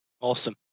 Awesome